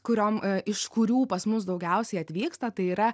kuriom iš kurių pas mus daugiausiai atvyksta tai yra